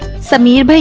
sameer. but